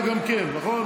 גם גנץ מודיע, נכון?